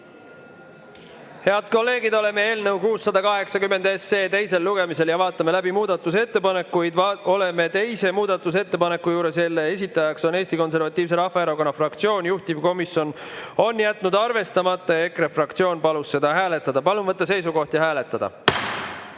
Head kolleegid! Oleme eelnõu 680 teisel lugemisel ja vaatame läbi muudatusettepanekuid. Oleme teise muudatusettepaneku juures, selle esitaja on Eesti Konservatiivse Rahvaerakonna fraktsioon, juhtivkomisjon on jätnud selle arvestamata ja EKRE fraktsioon palub seda hääletada. Palun võtta seisukoht ja hääletada!